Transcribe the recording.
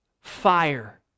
fire